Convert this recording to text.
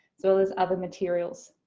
as well as other materials.